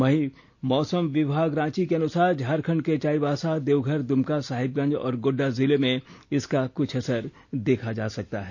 वहीं मौसम विभाग रांची के अनुसार झारखंड के चाईबासा देवघर दुमका साहिबगंज और गोड्डा जिले में इसका क्छ असर देखा जा सकता है